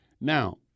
Now